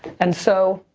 and so,